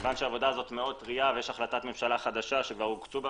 העבודה מאוד טרייה ויש החלטת ממשלה חדשה שכבר הוקצו בה